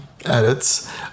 Edits